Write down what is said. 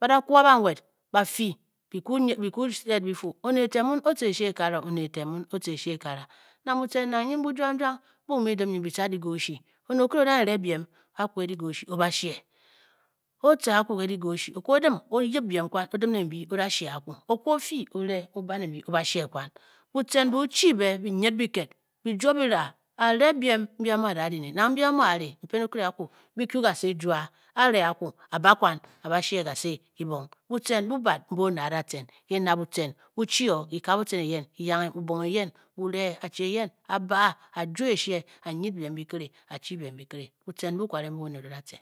Ba-dakwan banwet ba-fyi Byi-ku nyid ku sed byi-fu, oned eten mun, oo tcee eshe okakara, onedtc eten mun oo tcee eshe ekakara. butcen nang nyin mbu jwanjwang, mbu bi mu bi dim nyin byi tca digoshi oned okire o danghe e re biem akwu ke digoshi o ba shie, o tce akwu ke digoshi, o kwu o dim o yib biem kwan o da shie akwu, o kwu o fyi o re o ba ne mbi o ba she kwan, butcen bu bu chi be bi nyid biked. bi juo bira., a-re byem mbyi a mu a da- rdyi ne nang mbi a mu a a- re mpen okire akkwu bi kyu kasi jwa, a re akwu a ba kwan a ba she kasi kibong butcen bu bat mbu oned a da tcen ke na bu chi o kika butcen eyen ki yanghe, bubung eyen bu ree, a juo eshie, a nyid biem bikire, a chi biem bi kire, butcen bu kware mbu oned o da tcen.